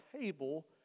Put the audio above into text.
table